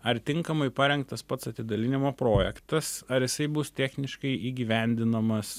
ar tinkamai parengtas pats atidalinimo projektas ar jisai bus techniškai įgyvendinamas